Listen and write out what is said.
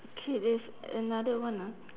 K there's another one ah